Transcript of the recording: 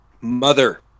Mother